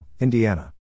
Indiana